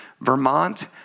Vermont